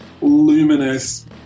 luminous